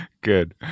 Good